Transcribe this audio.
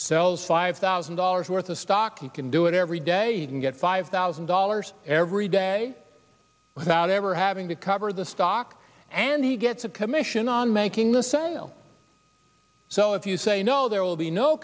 sells five thousand dollars worth of stock you can do it every day you can get five thousand dollars every day without ever having to cover the stock and he gets a commission on making the sale so if you say no there will be no